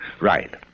Right